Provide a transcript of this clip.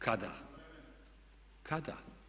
Kada. … [[Upadica se ne čuje.]] Kada?